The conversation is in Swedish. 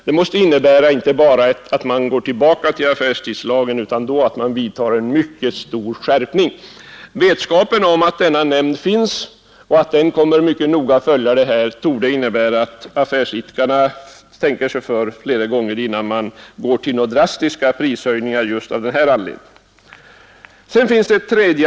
Det måste innebära inte bara att vi går tillbaka till affärstidslagen utan också att man kan vidta en mycket stark skärpning. Vetskapen om att denna nämnd finns och att den mycket noggrant kommer att följa dessa frågor torde också innebära att affärsidkarna tänker sig för flera gånger innan de tar till några drastiska prishöjningar av den anledningen att affärstidslagen upphör.